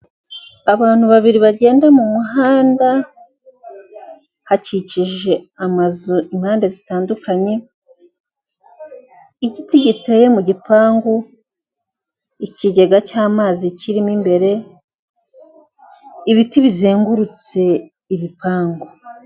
Abantu babiri bagenda mu muhanda hakikije amazu impande zitandukanye; igiti giteye mu gipangu, ikigega cy'amazi kirimo imbere, ibiti bizengurutse ibipangu.